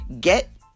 get